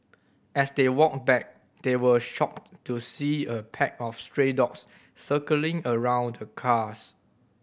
as they walked back they were shocked to see a pack of stray dogs circling around the cars